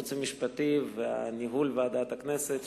הייעוץ המשפטי וניהול ועדת הכנסת,